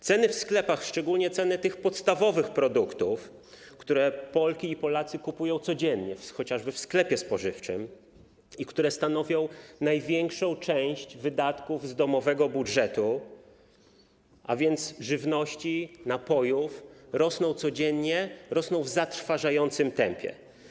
Ceny w sklepach, szczególnie ceny podstawowych produktów, które Polki i Polacy kupują codziennie, chociażby w sklepie spożywczym, i które stanowią największą część wydatków z domowego budżetu - a więc żywności, napojów - rosną codziennie, rosną w zatrważającym tempie.